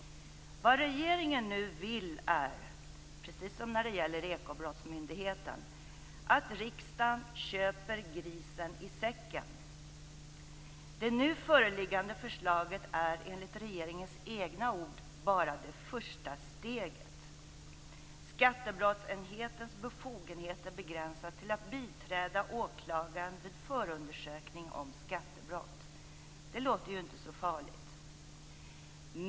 Vad regeringen nu vill är - precis som när det gäller Ekobrottsmyndigheten - att riksdagen köper grisen i säcken. Det nu föreliggande förslaget är enligt regeringens egna ord bara det första steget. Skattebrottsenhetens befogenheter begränsas till att biträda åklagaren vid förundersökning om skattebrott. Det låter inte så farligt.